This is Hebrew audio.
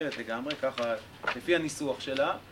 לגמרי ככה, לפי הניסוח שלה